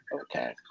Okay